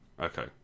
Okay